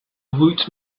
woot